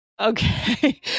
okay